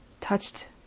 touched